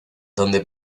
donde